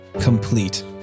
complete